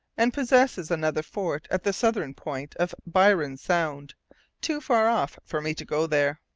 and possesses another fort at the southern point of byron's sound too far off for me to go there.